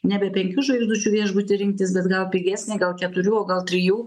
nebe penkių žvaigždučių viešbutį rinktis bet gal pigesnį gal keturių o gal trijų